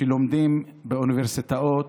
שלומדים באוניברסיטאות,